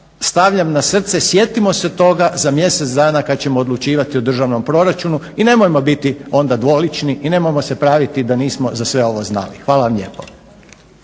stavljam na srce sjetimo se toga za mjesec dana kad ćemo odlučivati o državnom proračunu i nemojmo biti onda dvolični i nemojmo se praviti da nismo za sve ovo znali. Hvala vam lijepo.